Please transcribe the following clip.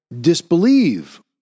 disbelieve